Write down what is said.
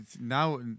now